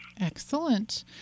Excellent